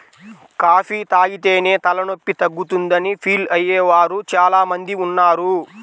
coffee తాగితేనే తలనొప్పి తగ్గుతుందని ఫీల్ అయ్యే వారు చాలా మంది ఉన్నారు